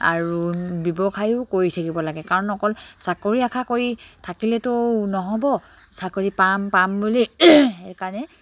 আৰু ব্যৱসায়ো কৰি থাকিব লাগে কাৰণ অকল চাকৰি আশা কৰি থাকিলেতো নহ'ব চাকৰি পাম পাম বুলি সেইকাৰণে